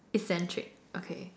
eccentric okay